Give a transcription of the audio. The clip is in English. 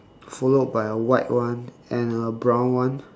followed by a white one and a brown one